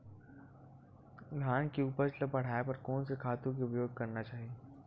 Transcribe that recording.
धान के उपज ल बढ़ाये बर कोन से खातु के उपयोग करना चाही?